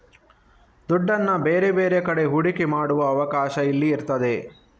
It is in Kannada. ದುಡ್ಡನ್ನ ಬೇರೆ ಬೇರೆ ಕಡೆ ಹೂಡಿಕೆ ಮಾಡುವ ಅವಕಾಶ ಇಲ್ಲಿ ಇರ್ತದೆ